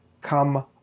come